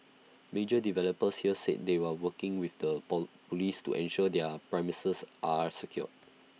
major developers here said they were working with the Police to ensure their premises are secure